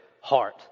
heart